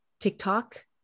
TikTok